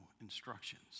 instructions